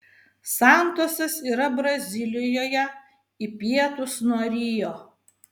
santosas yra brazilijoje į pietus nuo rio